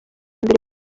mbere